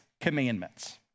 commandments